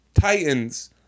Titans